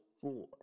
four